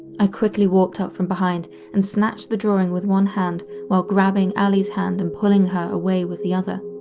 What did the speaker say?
i quickly walked up from behind and snatched the drawing with one hand while grabbing allie's hand and pulling her away with the other.